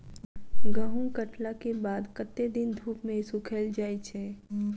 गहूम कटला केँ बाद कत्ते दिन धूप मे सूखैल जाय छै?